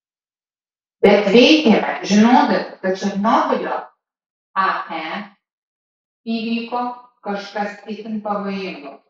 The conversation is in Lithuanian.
bet veikėme žinodami kad černobylio ae įvyko kažkas itin pavojingo